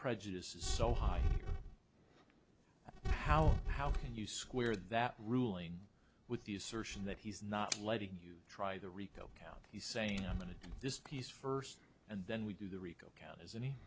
prejudice is so high how how can you square that ruling with the assertion that he's not letting you try the rico count he's saying i'm going to do this piece first and then we do the rico count as